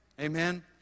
Amen